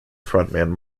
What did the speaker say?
frontman